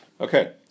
Okay